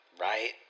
right